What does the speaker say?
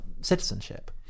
citizenship